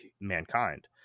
mankind